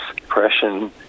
depression